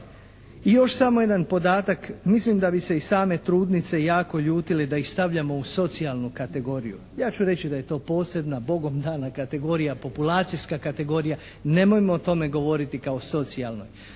I još samo jedan podatak, mislim da bi se i same trudnice jako ljutile da ih stavljamo u socijalnu kategoriju. Ja ću reći da je to posebna, Bogom dana kategorija, populacijska kategorija, nemojmo o tome govoriti kao socijalnoj.